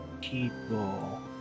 people